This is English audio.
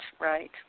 right